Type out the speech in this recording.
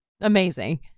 amazing